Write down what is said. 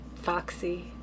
Foxy